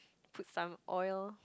put some oil